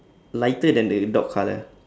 lighter than the dog colour